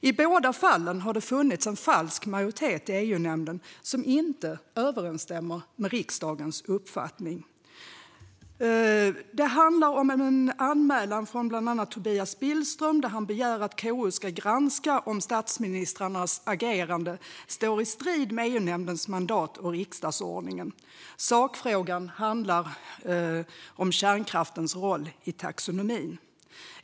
I båda fallen har det funnits en falsk majoritet i EU-nämnden som inte överensstämmer med riksdagens uppfattning. Det handlar bland annat om en anmälan från Tobias Billström, där han begär att KU ska granska om statsministrarnas agerande står i strid med EU-nämndens mandat och riksdagsordningen. Sakfrågan handlar om kärnkraftens roll inom taxonomin.